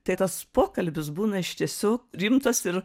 tai tas pokalbis būna iš tiesų rimtas ir